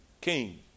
king